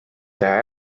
teha